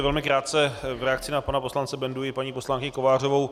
Velmi krátce v reakci na pana poslance Bendu i paní poslankyni Kovářovou.